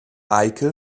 eike